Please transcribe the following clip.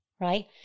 Right